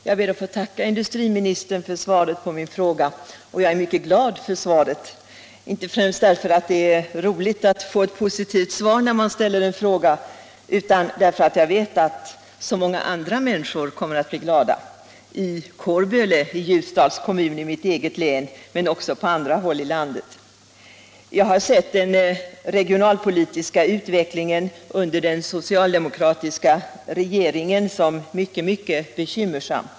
Herr talman! Jag ber att få tacka industriministern för svaret på min fråga. Jag är mycket glad för svaret — dock inte främst därför att det är roligt att få ett positivt svar när man ställer en fråga, utan därför att jag vet att så många andra människor också kommer att bli glada, exempelvis i Kårböle i Ljusdals kommun i mitt eget län, men också på andra håll i landet. Jag har betraktat den regionalpolitiska utvecklingen under den socialdemokratiska regeringen som mycket, mycket bekymmersam.